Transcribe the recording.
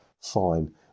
fine